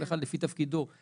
כל אחד לפי תפקידו,